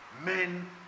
men